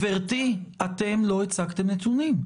גבירתי, אתם לא הצגתם נתונים.